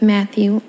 Matthew